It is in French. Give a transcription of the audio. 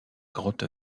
grotte